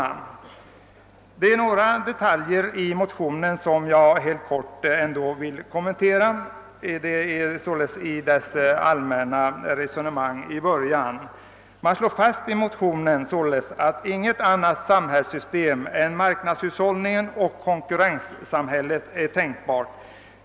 Sedan finns det också några andra detaljer i motionen som jag här vill kommentera. I början av motionen för motionärerna ett allmänt resonemang, där man slår fast att inget annat samhällssystem är tänkbart än ett system grundat på marknadshushållning) konkurrens och fritt konsumtionsval.